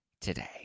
today